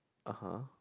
(uh huh)